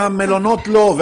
והמלונות לא?